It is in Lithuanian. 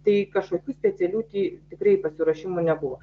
tai kažkokių specialių ty tikrai pasiruošimų nebuvo